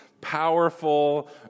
powerful